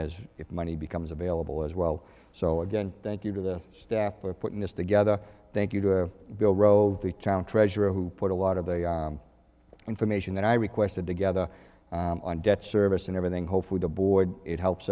as if money becomes available as well so again thank you to the staff for putting this together thank you to the town treasurer who put a lot of the information that i requested together on debt service and everything hopefully the boy it helps